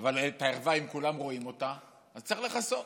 אבל את הערווה, אם כולם רואים אותה אז צריך לכסות.